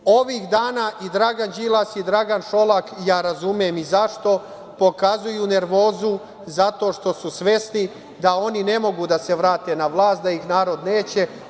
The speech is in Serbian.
Ovih dana i Dragan Đilas i Dragan Šolak, ja razumem i zašto, pokazuju nervozu zato što su svesni da oni ne mogu da se vrate na vlast, da ih narod neće.